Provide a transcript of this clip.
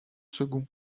second